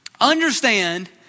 understand